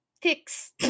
ticks